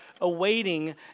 awaiting